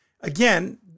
Again